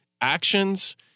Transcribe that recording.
actions